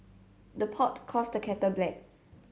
the pot calls the kettle black